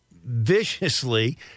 viciously